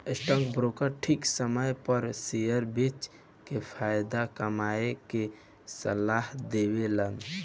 stock broker ठीक समय पर शेयर बेच के फायदा कमाये के सलाह देवेलन